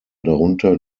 darunter